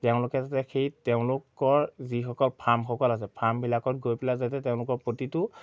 তেওঁলোকে যাতে সেই তেওঁলোকৰ যিসকল ফাৰ্মসকল আছে ফাৰ্মবিলাকত গৈ পেলাই যাতে তেওঁলোকৰ প্ৰতিটো